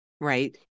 Right